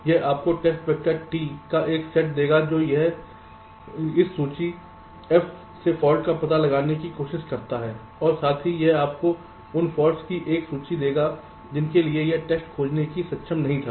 यह आपको test vector T का एक सेट देगा जो इस सूची F से फॉल्ट्स का पता लगाने की कोशिश करता है और साथ ही यह आपको उन फॉल्ट्स की एक सूची देगा जिनके लिए यह एक टेस्ट खोजने में सक्षम नहीं था